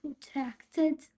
protected